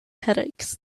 headaches